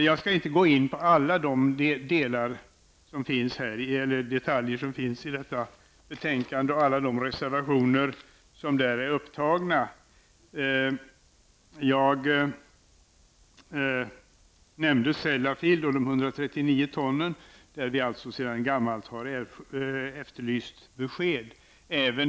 Jag skall inte gå in på alla detaljer i betänkandet och alla de reservationer som har avgivits. Jag nämnde Sellafield och de 139 tonnen som vi sedan gammalt har efterlyst besked om.